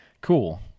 Cool